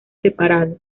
separado